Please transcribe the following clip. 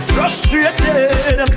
Frustrated